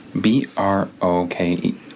B-R-O-K-E